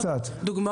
דוגמאות.